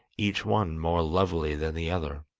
each one more lovely than the other.